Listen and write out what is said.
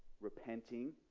repenting